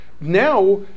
Now